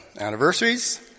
anniversaries